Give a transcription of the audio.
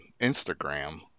Instagram